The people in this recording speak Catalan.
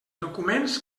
documents